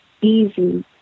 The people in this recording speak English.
easy